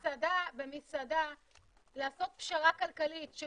אני אומרת, במסעדה לעשות פשרה כלכלית של